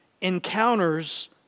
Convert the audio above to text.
encounters